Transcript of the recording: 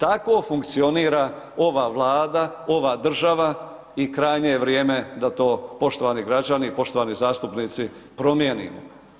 Tako funkcionira ova Vlada, ova država, i krajnje je vrijeme, da to poštovani građani i poštovani zastupnici promijenimo.